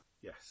Yes